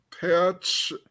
patch